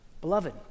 Beloved